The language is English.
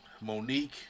Monique